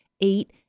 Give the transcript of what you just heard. eight